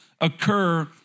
occur